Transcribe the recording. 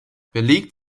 belegt